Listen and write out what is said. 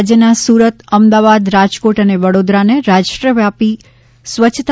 રાજ્યના સુરત અમદાવાદ રાજકોટ અને વડોદરાને રાષ્ટ્રવ્યાપી સ્વચ્છતા